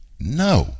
No